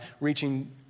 reaching